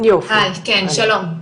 שלום,